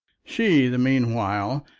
she, the meanwhile,